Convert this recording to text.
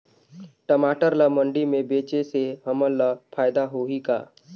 टमाटर ला मंडी मे बेचे से हमन ला फायदा होही का?